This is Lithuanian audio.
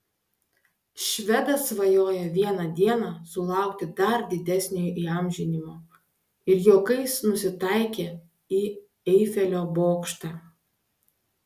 švedas svajoja vieną dieną sulaukti dar didesnio įamžinimo ir juokais nusitaikė į eifelio bokštą